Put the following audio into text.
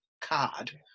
card